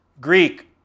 Greek